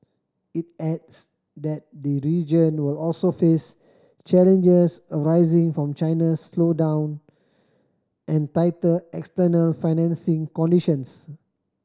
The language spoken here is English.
it adds that region will also face challenges arising from China's slowdown and tighter external financing conditions